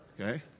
Okay